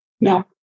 Now